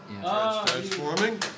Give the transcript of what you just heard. transforming